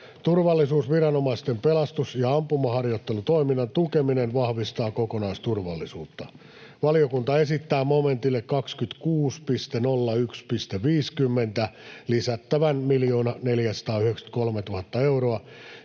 Turvallisuusviranomaisten pelastus- ja ampumaharjoittelutoiminnan tukeminen vahvistaa kokonaisturvallisuutta. Valiokunta esittää momentille 26.01.50 lisättävän 1 493 000 euroa,